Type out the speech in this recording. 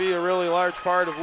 be a really large part of